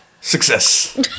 Success